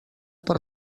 per